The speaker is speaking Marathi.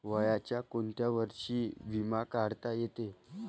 वयाच्या कोंत्या वर्षी बिमा काढता येते?